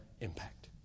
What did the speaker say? impact